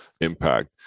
impact